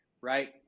right